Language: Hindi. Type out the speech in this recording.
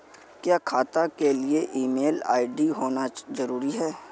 क्या खाता के लिए ईमेल आई.डी होना जरूरी है?